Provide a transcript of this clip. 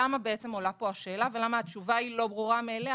למה בעצם עולה פה השאלה ולמה התשובה היא לא ברורה מאליה,